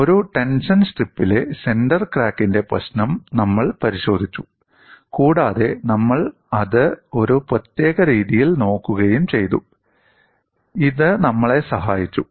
ഒരു ടെൻഷൻ സ്ട്രിപ്പിലെ സെന്റർ ക്രാക്കിന്റെ പ്രശ്നം നമ്മൾ പരിശോധിച്ചു കൂടാതെ നമ്മൾ അത് ഒരു പ്രത്യേക രീതിയിൽ നോക്കുകയും ചെയ്തു ഇത് നമ്മളെ സഹായിച്ചു